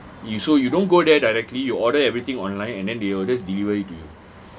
you so you don't go there directly you order everything online and then they will just deliver it to you